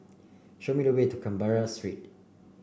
show me the way to Canberra Street